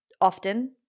often